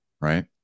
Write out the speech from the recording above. Right